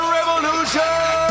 Revolution